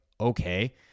okay